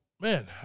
man